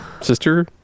Sister